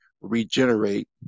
regenerate